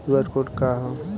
QR code का ह?